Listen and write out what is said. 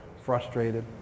Frustrated